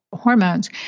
hormones